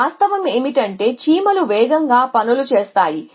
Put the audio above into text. ఈ వాస్తవం ఏమిటంటే చీమలు వేగంగా పనులు చేస్తాయి